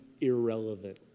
irrelevant